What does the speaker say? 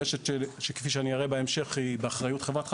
רשת שכפי שאני אראה בהמשך היא באחריות חברת חשמל,